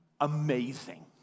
amazing